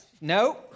No